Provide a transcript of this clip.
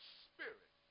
spirit